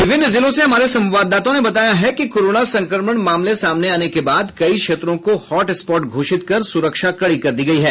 विभिन्न जिलों से हमारे संवददाताओं ने बताया कि कोरोना संक्रमण मामले सामने आने के बाद कई क्षेत्रों को हॉट स्पाट घोषित कर सुरक्षा कड़ी कर दी गयी है